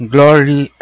Glory